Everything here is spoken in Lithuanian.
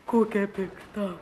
kokia pikta